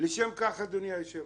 לשם כך, אדוני היושב-ראש,